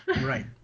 Right